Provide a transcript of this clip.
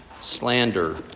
slander